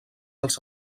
els